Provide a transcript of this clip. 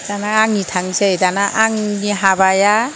दाना आंनि थांसै दाना आंनि हाबाया